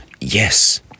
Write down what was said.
Yes